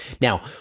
Now